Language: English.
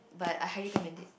but I highly recommend it